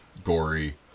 gory